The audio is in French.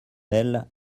elle